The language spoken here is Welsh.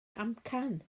amcan